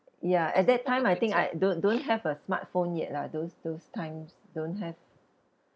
ya at that time I think I don't don't have a smartphone yet lah those those times don't have